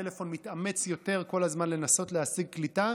הטלפון מתאמץ יותר כל הזמן לנסות להשיג קליטה,